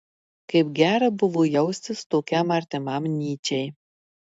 kaip gera buvo jaustis tokiam artimam nyčei